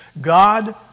God